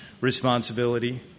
responsibility